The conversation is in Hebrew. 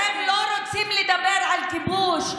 אתם לא רוצים לדבר על כיבוש,